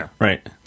right